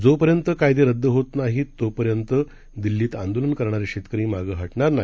जोपर्यंत कायदे रद्द होत नाहीत तोपर्यंत दिल्लीत आंदोलन करणारे शेतकरी मागे हटणार नाही